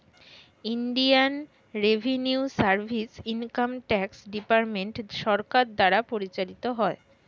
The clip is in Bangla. Indian revenue service income tax department সরকার দ্বারা পরিচালিত হয়